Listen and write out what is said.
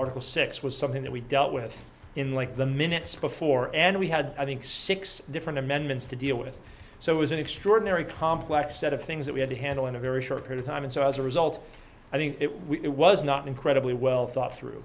article six was something that we dealt with in like the minutes before and we had i think six different amendments to deal with so it was an extraordinary complex set of things that we had to handle in a very short period time and so as a result i think it we was not incredibly well thought through